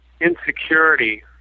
insecurity